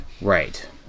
Right